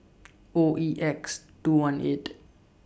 O E X two one eight